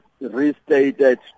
restated